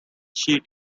she